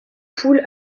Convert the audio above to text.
poule